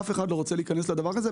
אף אחד לא רוצה להיכנס לדבר הזה.